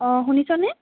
অঁ শুনিছনে